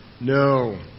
No